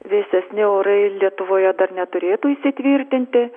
vėsesni orai lietuvoje dar neturėtų įsitvirtinti